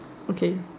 okay